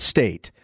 State